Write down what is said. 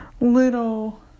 little